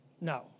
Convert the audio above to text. No